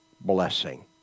Blessing